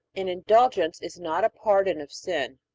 an indulgence is not a pardon of sin,